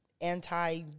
anti